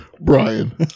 Brian